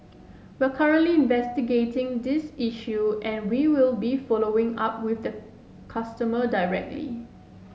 we are currently investigating this issue and we will be following up with the customer directly